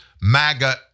MAGA